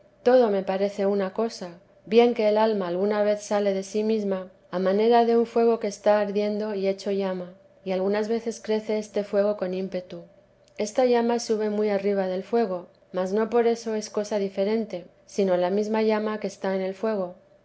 todo me parece una cosa bien que el alma alguna vez sale de sí mesma a manera de un fuego que está ardiendo y hecho llama y algunas veces crece este fuego con ímpetu esta llama sube muy arriba del fuego mas no por eso es cosa diferente sino la mesma llama que está en el fuego